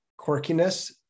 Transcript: quirkiness